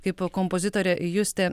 kaip kompozitorė justė